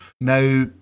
now